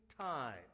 time